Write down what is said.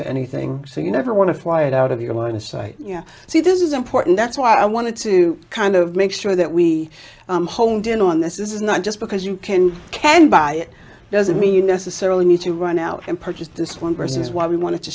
to anything so you never want to fly it out of your line of sight you see this is important that's what i wanted to kind of make sure that we hold in on this is not just because you can can buy doesn't mean necessarily need to run out and purchased this one person is why we wanted to